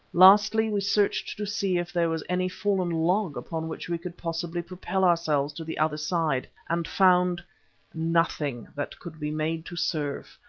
lastly, we searched to see if there was any fallen log upon which we could possibly propel ourselves to the other side, and found nothing that could be made to serve,